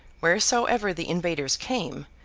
wheresoever the invaders came,